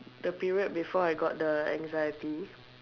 the period before I got the anxiety